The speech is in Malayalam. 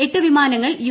എട്ട് വിമാനങ്ങൾ യു